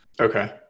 okay